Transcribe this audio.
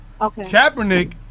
Kaepernick